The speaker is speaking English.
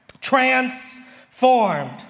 transformed